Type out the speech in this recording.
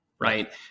Right